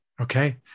Okay